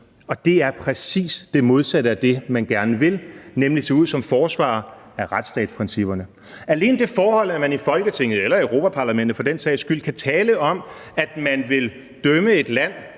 og det er præcis det modsatte af det, man gerne vil, nemlig se ud som forsvarer af retsstatsprincipperne. Alene det forhold, at man i Folketinget eller Europa-Parlamentet for den sags skyld kan tale om, at man vil dømme et land